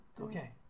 okay